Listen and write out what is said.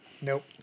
Nope